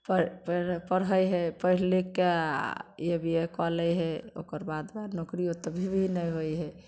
पढ़ि पढ़ि पढ़य हइ पढ़ि लिखिके आओर इए बीए कए लै हइ ओकरबाद नोकरियो तभी भी नहि होइ हइ